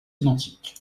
identiques